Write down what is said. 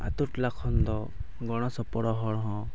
ᱟᱹᱛᱩ ᱴᱚᱞᱟ ᱠᱷᱚᱱ ᱫᱚ ᱜᱚᱲᱚ ᱥᱚᱯᱚᱲᱚ ᱦᱚᱲ ᱦᱚᱸ